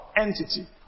entity